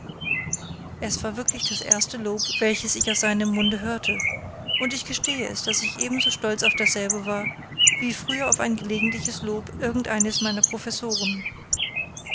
es war wirklich das erste lob welches ich aus seinem munde hörte und ich gestehe es daß ich ebenso stolz auf dasselbe war wie früher auf ein gelegentliches lob irgend eines meiner professoren